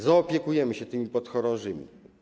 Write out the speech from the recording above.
Zaopiekujemy się tymi podchorążymi.